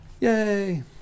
yay